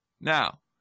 Now